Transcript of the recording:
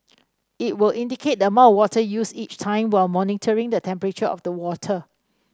it will indicate the amount of water used each time while monitoring the temperature of the water